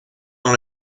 dans